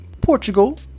Portugal